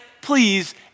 please